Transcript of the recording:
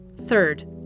Third